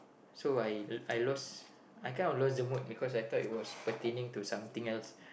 so I I lost I kind of lost the mood because I thought it was pertaining to something else